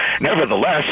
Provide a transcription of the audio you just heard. Nevertheless